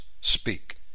speak